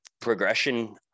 progression